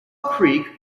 creek